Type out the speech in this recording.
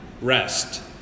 rest